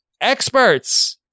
experts